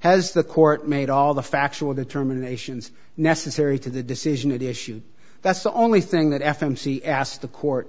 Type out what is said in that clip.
has the court made all the factual the terminations necessary to the decision it issued that's the only thing that f m c asked the court